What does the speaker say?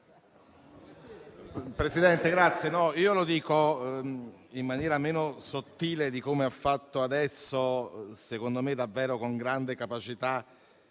Presidente, lo dico in maniera meno sottile di come ha fatto adesso, secondo me davvero con grande capacità,